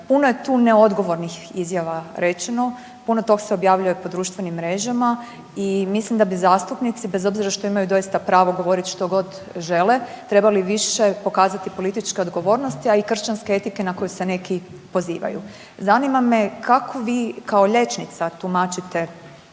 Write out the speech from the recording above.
Puno je tu neodgovornih izjava rečeno, puno tog se objavljuje po društvenim mrežama. I mislim da bi zastupnici bez obzira što imaju doista pravo govoriti što god žele trebali više pokazati političke odgovornosti, a i kršćanske etike na koju se neki pozivaju. Zanima me kako vi kao liječnica tumačite